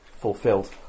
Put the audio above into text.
fulfilled